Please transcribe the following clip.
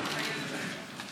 מתחייבת אני